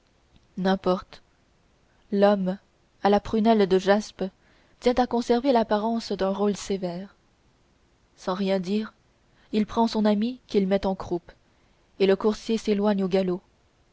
n'importe l'homme à la prunelle de jaspe tient à conserver l'apparence d'un rôle sévère sans rien dire il prend son ami qu'il met en croupe et le coursier s'éloigne au galop